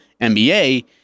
NBA